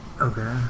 Okay